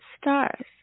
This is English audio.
stars